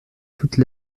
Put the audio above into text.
toute